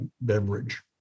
beverage